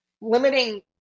limiting